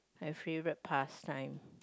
my favorite past time